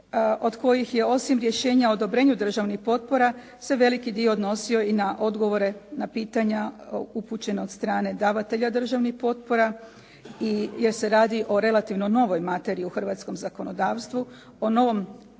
od kojih je osim rješenja odobrenju državnih potpora se veliki dio odnosio i na odgovore na pitanja upućene od strane davatelja državnih potpora jer se radi o relativno novoj materiji u hrvatskom zakonodavstvu, o novom sustavu